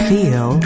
Feel